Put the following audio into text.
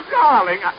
darling